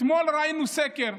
אתמול ראינו סקר,